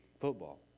football